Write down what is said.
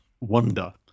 wonder